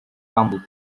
tumbles